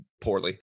poorly